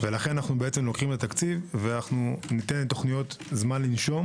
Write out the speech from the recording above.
לכן אנו לוקחים תקציב וניתן לתוכניות זמן לנשום